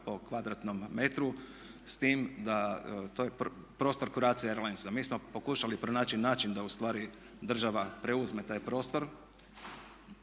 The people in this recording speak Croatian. po kvadratnom metru. S time da to je prostor Croatia Airlines. Mi smo pokušali pronaći način da ustvari država preuzme taj prostor